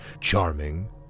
charming